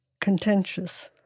contentious